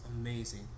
amazing